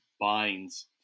binds